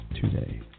today